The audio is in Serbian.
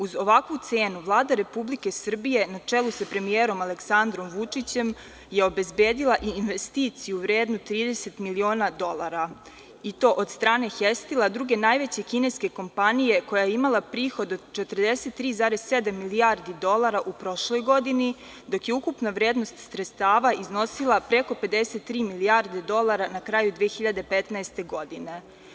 Uz ovakvu cenu Vlada Republike Srbije, na čelu sa premijerom Aleksandrom Vučićem, obezbedila je investiciju vrednu 30 miliona dolara, i to od strane „Hestila“, druge najveće kineske kompanije koja je imala prihod od 43,7 milijardi dolara u prošloj godini, dok je ukupna vrednost sredstava iznosila preko 53 milijarde dolara na kraju 2015. godine.